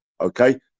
okay